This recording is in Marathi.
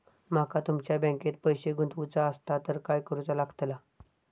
माका तुमच्या बँकेत पैसे गुंतवूचे आसत तर काय कारुचा लगतला?